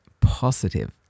positive